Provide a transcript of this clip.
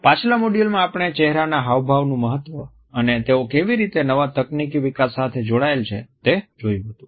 પાછલા મોડ્યુલમાં આપણે ચહેરાના હાવભાવનું મહત્વ અને તેઓ કેવી રીતે નવા તકનીકી વિકાસ સાથે જોડાયેલા છે તે જોયું હતું